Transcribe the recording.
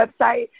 website